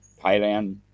Thailand